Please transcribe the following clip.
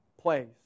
place